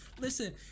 Listen